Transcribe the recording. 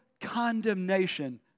condemnation